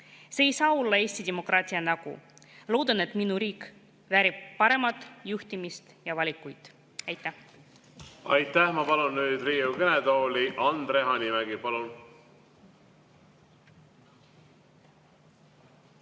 See ei saa olla Eesti demokraatia nägu. Loodan, et minu riik väärib paremat juhtimist ja valikuid. Aitäh!